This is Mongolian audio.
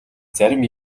зарим